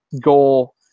goal